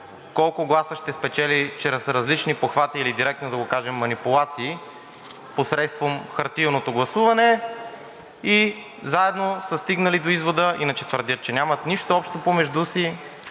колко гласа ще спечели чрез различни похвати или директно да го кажем – манипулации, посредством хартиеното гласуване, и заедно са стигнали до извода, иначе твърдят, че нямат нищо общо помежду си,